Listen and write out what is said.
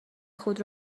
خود